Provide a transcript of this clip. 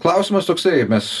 klausimas toksai mes